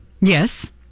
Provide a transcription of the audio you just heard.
Yes